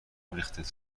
ریختت